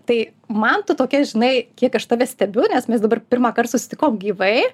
tai man tu tokia žinai kiek aš tave stebiu nes mes dabar pirmąkart susitikom gyvai